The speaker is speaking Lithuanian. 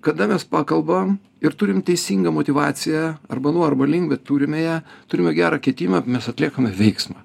kada mes pakalbam ir turim teisingą motyvaciją arba nuo arba link bet turime ją turime gerą kitimą mes atliekame veiksmą